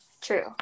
true